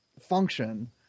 function